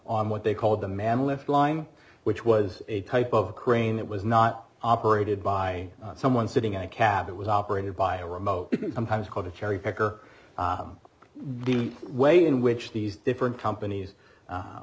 on what they call the man left line which was a type of crane that was not operated by someone sitting in a cab it was operated by a remote sometimes called a cherry picker the way in which these different companies